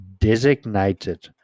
designated